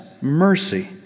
mercy